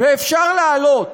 ואפשר להעלות